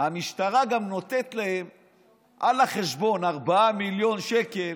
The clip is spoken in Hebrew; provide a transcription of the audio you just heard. המשטרה גם נותנת להם על החשבון 4 מיליון שקל,